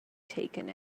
taken